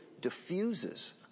diffuses